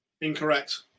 Incorrect